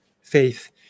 faith